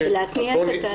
להתניע את התהליך.